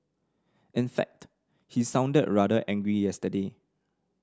in fact he sounded rather angry yesterday